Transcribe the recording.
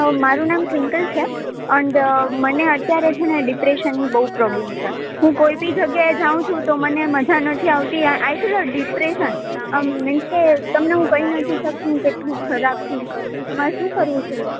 મારું નામ ટ્વિંકલ છે અન્ડ મને અત્યારે છે ને ડિપ્રેશનની બહુ પ્રોબ્લેમ છે હું કોઈ બી જગ્યાએ જાઉં છું તો મને મઝા નથી આવતી આઈ ફિલ ડિપ્રેશન આમ મિન્સ કે તમને હું કહી નથી શકતી હું કેટલું ખરાબ ફિલ કરું છું તો મારે શું કરવું જોઈએ